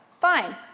Fine